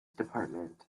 department